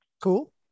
Cool